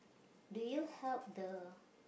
do you help the